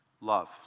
love